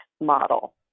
model